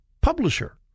publisher